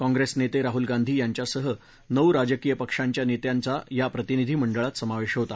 काँग्रेस नेते राहुल गांधी यांच्यासह नऊ राजकीय पक्षाच्या नेत्यांचा या प्रतिनिधी मंडळात समावेश होता